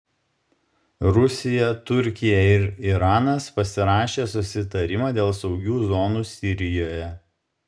rusija turkija ir iranas pasirašė susitarimą dėl saugių zonų sirijoje